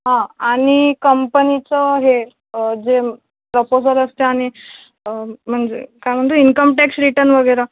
हा आणि कंम्पनीचं हे जे प्रपोजर असतं आणि म्हणजे काय म्हणतो इनकम टॅक्स रिटर्न वगैरे